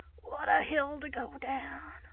what a hill to go down!